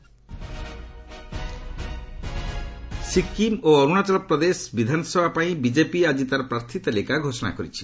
BJP list Sikkim ଓ ଅରୁଣାଚଳ ପ୍ରଦେଶର ବିଧାନସଭା ପାଇଁ ବିଜେପି ଆଜି ତାର ପ୍ରାର୍ଥୀ ତାଲିକା ଘୋଷଣା କରିଛି